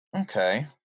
okay